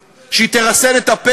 ואז אפשר יהיה להפעיל את חוק